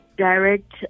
direct